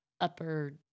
upper